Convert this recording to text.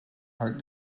heart